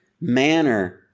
manner